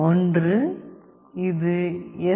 ஒன்று இது எஸ்